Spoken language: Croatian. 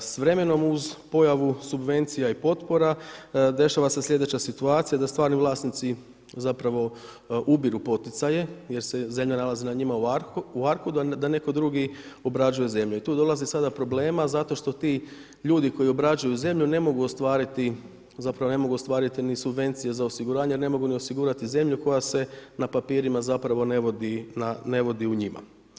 S vremenom uz pojavu subvencija i potpora dešava se sljedeća situacija, da stvarni vlasnici zapravo ubiru poticaje jer se zemlja nalazi na njima u arku, a da netko drugi obrađuje zemlju i tu dolazi do problema zato što ti ljudi koji obrađuju zemlju ne mogu ostvariti ni subvencije za osiguranje, a ne mogu ni osigurati zemlju koja se na papirima ne vodi u njima.